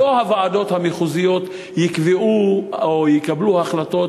לא הוועדות המחוזיות יקבעו או יקבלו החלטות